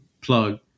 plug